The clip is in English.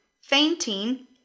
fainting